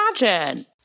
imagine